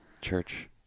church